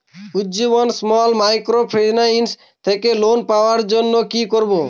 Ujjivan small microfinance থেকে loan পাওয়ার জন্য কি করব?